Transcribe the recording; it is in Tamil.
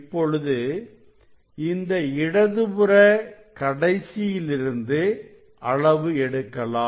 இப்பொழுது இந்த இடதுபுற கடைசியிலிருந்து அளவு எடுக்கலாம்